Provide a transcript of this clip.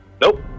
Nope